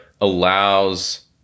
allows